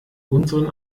unseren